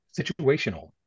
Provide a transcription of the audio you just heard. situational